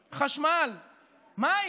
חשמל, מים.